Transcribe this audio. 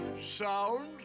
sound